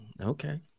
okay